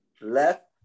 Left